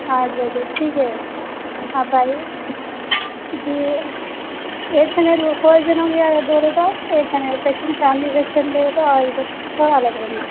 آٹھ بجے ٹھیک ہے آپ آئیے جی ایٹ ہینڈریڈ وہ فور جنے ہو گیا بولے تو ایٹ ہینڈریڈ سیکشن چاندی سیکشن لیے تو تھوڑا الگ رہیں گا